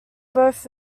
both